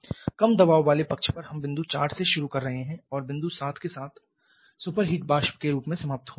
कम दबाव वाले पक्ष पर हम बिंदु 4 से शुरू कर रहे हैं और बिंदु 7 के साथ एक सुपरहीट वाष्प के रूप में समाप्त हो रहे हैं